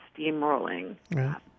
steamrolling